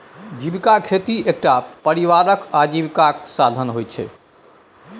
जीविका खेती एकटा परिवारक आजीविकाक साधन होइत छै